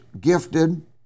gifted